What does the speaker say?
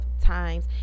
times